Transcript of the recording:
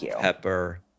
Pepper